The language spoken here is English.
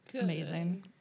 Amazing